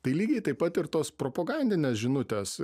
tai lygiai taip pat ir tos propagandinės žinutės